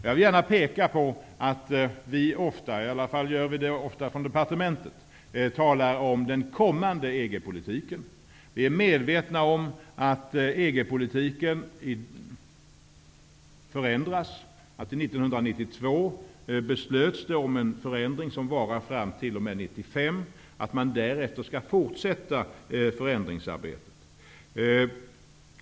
Jag vill gärna peka på att vi ofta, i varje fall i departementet, talar om den kommande EG politiken. Vi är medvetna om att EG-politiken förändras. 1992 beslutades en förändring som varar t.o.m. 1995 och att man därefter skall fortsätta förändringsarbetet.